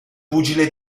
pugile